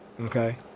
okay